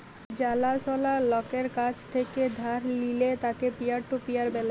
জালা সলা লকের কাছ থেক্যে ধার লিলে তাকে পিয়ার টু পিয়ার ব্যলে